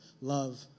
love